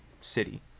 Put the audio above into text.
city